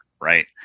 right